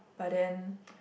but then